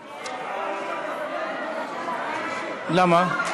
המשפטים, למה?